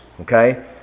Okay